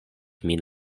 min